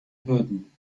hürden